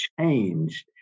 changed